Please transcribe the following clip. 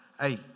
hey